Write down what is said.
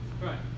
right